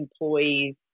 employees